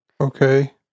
Okay